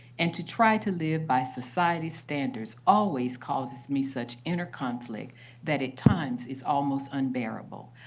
and to try to live by society's standards always causes me such inner conflict that at times, it's almost unbearable.